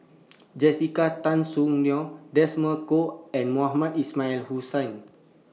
Jessica Tan Soon Neo Desmond Kon and Mohamed Ismail Hussain